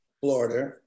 Florida